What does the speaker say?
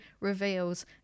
reveals